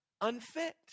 unfit